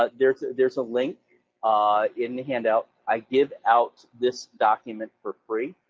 ah there's ah there's a link in the handout, i give out this document for free.